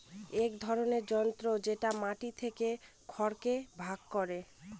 এক ধরনের যন্ত্র যেটা মাটি থেকে খড়কে ভাগ করে